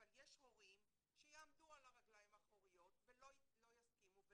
אבל יש הורים שיעמדו על הרגליים האחוריות ולא יסכימו.